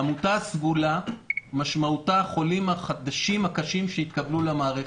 העמודה הסגולה משמעותה החולים החדשים הקשים שהתקבלו למערכת.